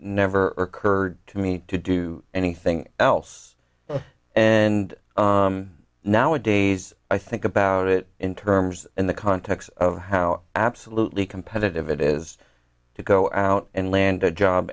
never occurred to me to do anything else and now a days i think about it in terms in the context of how absolutely competitive it is to go out and land a job